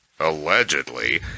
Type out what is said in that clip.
allegedly